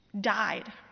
died